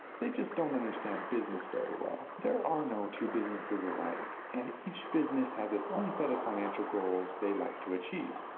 they just don't understand business very well. there are no two businesses alike and each business has it's own set of financial goals they'd like to achieve.